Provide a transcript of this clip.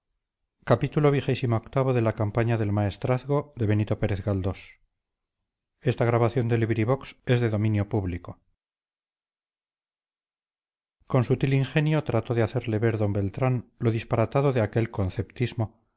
con sutil ingenio trató de hacerle ver d beltrán lo disparatado de aquel conceptismo